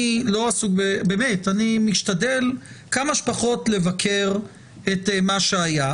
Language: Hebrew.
אני משתדל כמה שפחות לבקר את מה שהיה.